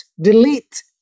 delete